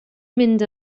mynd